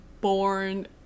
born